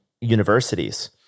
universities